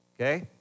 Okay